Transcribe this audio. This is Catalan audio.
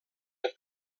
amb